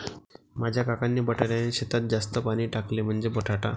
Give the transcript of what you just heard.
माझ्या काकांनी बटाट्याच्या शेतात जास्त पाणी टाकले, म्हणजे बटाटा